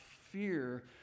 fear